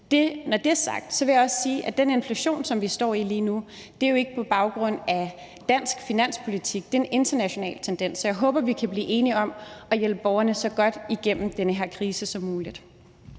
Når det er sagt, vil jeg også sige, at den inflation, som vi står i lige nu, ikke er på baggrund af dansk finanspolitik. Det er en international tendens. Så jeg håber, vi kan blive enige om at hjælpe borgerne så godt igennem den her krise som muligt.